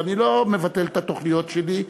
ואני לא מבטל את התוכניות שלי,